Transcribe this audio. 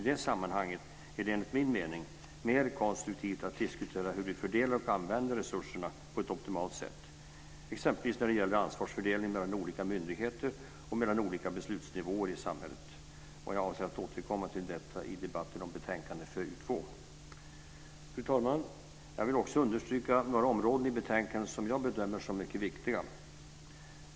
I det sammanhanget är det enligt min mening mer konstruktivt att diskutera hur vi fördelar och använder resurserna på ett optimalt sätt, exempelvis när det gäller ansvarsfördelningen mellan olika myndigheter och mellan olika beslutsnivåer i samhället. Jag avser att återkomma till detta i debatten om betänkande FöU2. Fru talman! Jag vill också understryka några områden i betänkandet som jag bedömer som mycket viktiga.